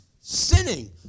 sinning